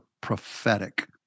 prophetic